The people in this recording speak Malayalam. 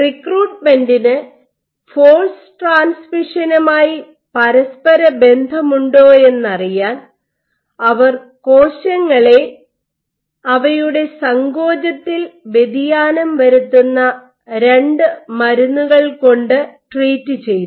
റിക്രൂട്ട്മെന്റിന് ഫോഴ്സ് ട്രാൻസ്മിഷനുമായി പരസ്പര ബന്ധമുണ്ടോയെന്നറിയാൻ അവർ കോശങ്ങളെ അവയുടെ സങ്കോചത്തിൽ വ്യതിയാനം വരുത്തുന്ന രണ്ട് മരുന്നുകൾ കൊണ്ട് ട്രീറ്റ് ചെയ്തു